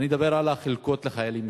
אני מדבר על החלקות לחיילים משוחררים.